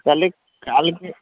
তাহলে কালকে